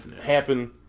happen